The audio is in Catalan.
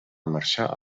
marxar